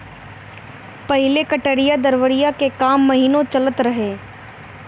पहिले कटिया दवरी के काम महिनो चलत रहे